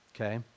Okay